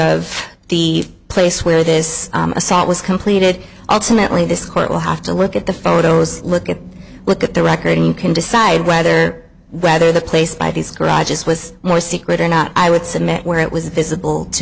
of the place where this assault was completed ultimately this court will have to look at the photos look at look at the record and you can decide whether whether the place by these garages was more secret or not i would submit where it was visible to